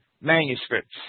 manuscripts